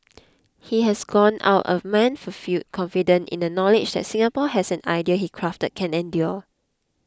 he has gone out a man fulfilled confident in the knowledge that Singapore as an idea he crafted can endure